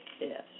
Yes